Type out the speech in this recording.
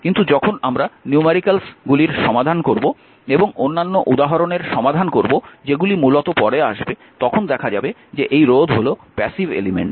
কিন্তু যখন আমরা নিউম্যারিক্যালস গুলির সমাধান করব এবং অন্যান্য উদাহরণের সমাধান করব যেগুলি মূলত পরে আসবে তখন দেখা যাবে যে এই রোধ হল প্যাসিভ এলিমেন্ট